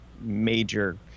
major